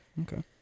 okay